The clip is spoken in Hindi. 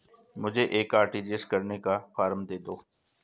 मुझे एक आर.टी.जी.एस करने का फारम दे दो?